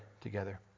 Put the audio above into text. together